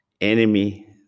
enemy